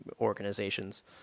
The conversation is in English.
organizations